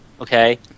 okay